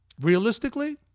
Realistically